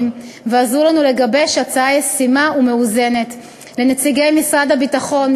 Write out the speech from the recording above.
ועזרו לנו לגבש הצעה ישימה ומאוזנת: לנציגי משרד הביטחון,